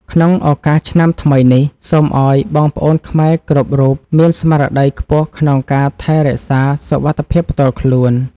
ក្នុងឱកាសឆ្នាំថ្មីនេះ សូមឱ្យបងប្អូនខ្មែរគ្រប់រូបមានស្មារតីខ្ពស់ក្នុងការថែរក្សាសុវត្ថិភាពផ្ទាល់ខ្លួន។